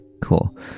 cool